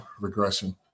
regression